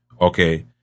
Okay